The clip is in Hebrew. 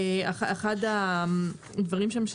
אחד הדברים שם,